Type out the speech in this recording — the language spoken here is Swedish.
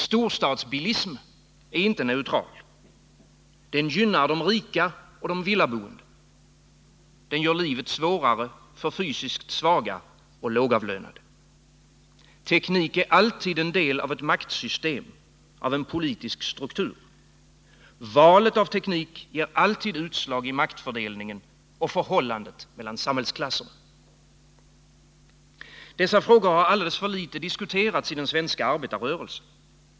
Storstadsbilism är inte neutral. Den gynnar de rika och de villaboende. Den gör livet svårare för fysiskt svaga och lågavlönade. Teknik är alltid en del av ett maktsystem, av en politisk struktur. Valet av teknik ger alltid utslag i Dessa frågor har alldeles för litet diskuterats i den svenska arbetarrörelsen.